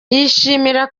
yishimira